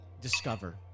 discover